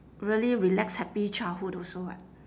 really relax happy childhood also [what]